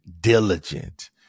diligent